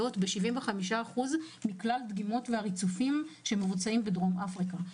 ב-75% מכלל הדגימות והריצופים שמבוצעים בדרום אפריקה,